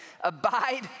Abide